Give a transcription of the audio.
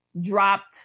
dropped